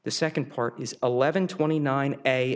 the second part is eleven twenty nine a